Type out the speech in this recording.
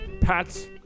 Pat's